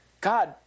God